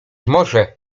może